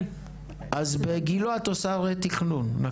אז בגילה את עושה רה תכנון?